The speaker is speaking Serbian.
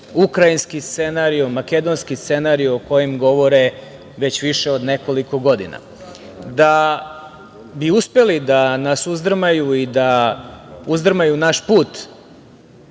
ukrajinski scenario, makedonski scenario, o kojem govore već više od nekoliko godina. Da bi uspeli da nas uzdrmaju i da uzdrmaju naš put